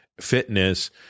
fitness